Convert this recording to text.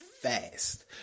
fast